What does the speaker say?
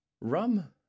rum